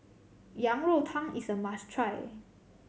Yang Rou Tang is a must try